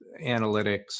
analytics